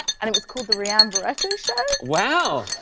and it was called the rhianne barreto show. wow!